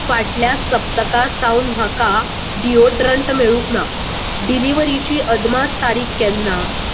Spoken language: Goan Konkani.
फाटल्या सप्तका सावन म्हाका डिओड्रंट मेळूंक ना डिलिव्हरिची अदमास तारीक केन्ना